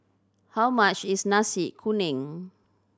how much is Nasi Kuning